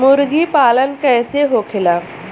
मुर्गी पालन कैसे होखेला?